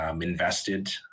invested